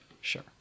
Sure